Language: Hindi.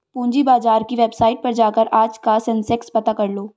पूंजी बाजार की वेबसाईट पर जाकर आज का सेंसेक्स पता करलो